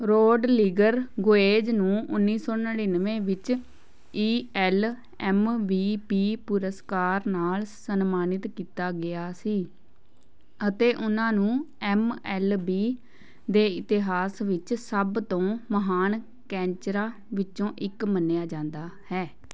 ਰੌਡਲੀਗਰ ਗੁਏਜ਼ ਨੂੰ ਉੱਨੀ ਸੌ ਨੜ੍ਹਿਨਵੇਂ ਵਿੱਚ A L M V P ਪੁਰਸਕਾਰ ਨਾਲ ਸਨਮਾਨਿਤ ਕੀਤਾ ਗਿਆ ਸੀ ਅਤੇ ਉਨ੍ਹਾਂ ਨੂੰ ਐੱਮ ਐੱਲ ਬੀ ਦੇ ਇਤਿਹਾਸ ਵਿੱਚ ਸਭ ਤੋਂ ਮਹਾਨ ਕੈਂਚਰਾਂ ਵਿੱਚੋਂ ਇੱਕ ਮੰਨਿਆ ਜਾਂਦਾ ਹੈ